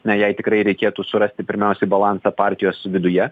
na jai tikrai reikėtų surasti pirmiausiai balansą partijos viduje